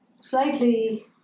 slightly